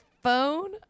phone